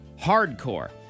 hardcore